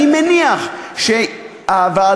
אני מניח שהוועדה,